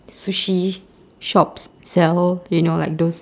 sushi shops sell you know like those